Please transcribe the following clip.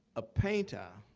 a painter,